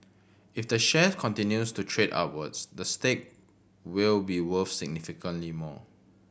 if the share continues to trade upwards the stake will be worth significantly more